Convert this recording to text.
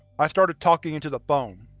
i started talking into the phone.